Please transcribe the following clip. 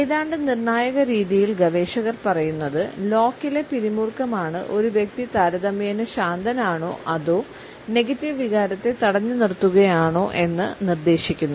ഏതാണ്ട് നിർണായക രീതിയിൽ ഗവേഷകർ പറയുന്നത് ലോക്കിലെ പിരിമുറുക്കമാണ് ഒരു വ്യക്തി താരതമ്യേന ശാന്തനാണോ അതോ നെഗറ്റീവ് വികാരത്തെ തടഞ്ഞുനിർത്തുകയാണോ എന്ന് നിർദേശിക്കുന്നത്